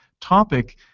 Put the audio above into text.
topic